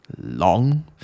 long